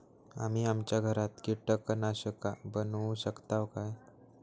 आम्ही आमच्या घरात कीटकनाशका बनवू शकताव काय?